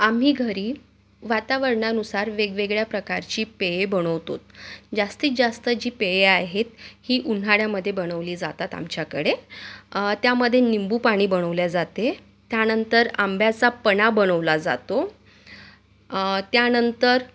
आम्ही घरी वातावरणानुसार वेगवेगळ्या प्रकारची पेये बनवतो जास्तीत जास्त जी पेये आहेत ही उन्हाळ्यामध्ये बनवली जातात आमच्याकडे त्यामध्ये निंबूपानी बनवलं जाते त्यानंतर आंब्याचा पन्हं बवनला जातो त्यानंतर